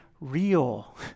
real